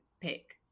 pick